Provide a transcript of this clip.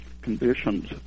conditions